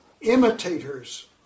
imitators